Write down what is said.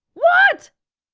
what!